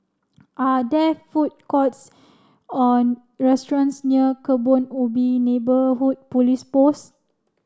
are there food courts or restaurants near Kebun Ubi Neighbourhood Police Post